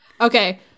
Okay